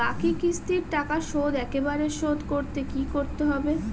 বাকি কিস্তির টাকা শোধ একবারে শোধ করতে কি করতে হবে?